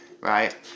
right